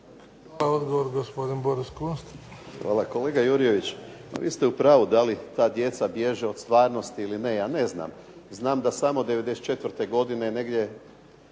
Hvala. Odgovor gospodin Boris Kunst. **Kunst, Boris (HDZ)** Hvala. Kolega Jurjević pa vi ste u pravu, da li ta djeca bježe od stvarnosti ili ne ja ne znam. Znam da samo '94. godine negdje